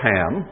Ham